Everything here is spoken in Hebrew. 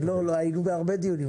היינו בהרבה דיונים.